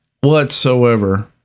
whatsoever